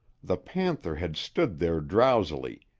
the panther had stood there drowsily,